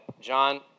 John